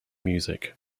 music